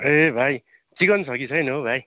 ए भाइ चिकन छ कि छैन हौ भाइ